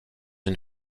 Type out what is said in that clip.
une